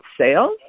sales